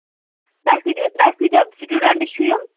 تۄہہِ کٲتیٛاہ تۅہہِ کٲتیٛاہ سِٹوٗڈنٛٹہٕ چھِو یِم